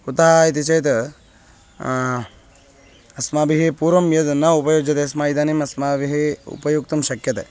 कुतः इति चेत् अस्माभिः पूर्वं यद् न उपयुज्यते स्म इदानीम् अस्माभिः उपयोक्तुं शक्यते